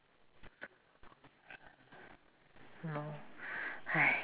mm